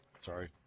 Sorry